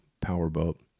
powerboat